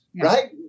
right